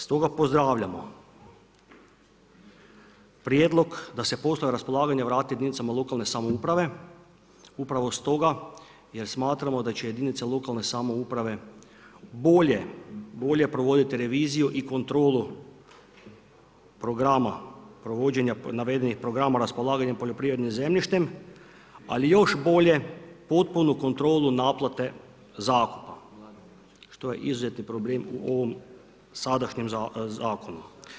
Stoga pozdravljamo prijedlog da se poslije raspolaganja vrati jedinicama lokalne samouprave upravo stoga jer smatramo da će jedinice lokalne samouprave bolje provoditi reviziju i kontrolu programa provođenja navedenih programa raspolaganja poljoprivrednim zemljištem, ali još bolje potpunu kontrolu naplate zakupa, što je izuzetni problem u ovom sadašnjem zakonu.